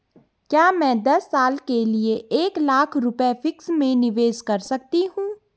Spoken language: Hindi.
क्या मैं दस साल के लिए एक लाख रुपये फिक्स में निवेश कर सकती हूँ?